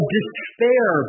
despair